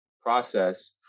process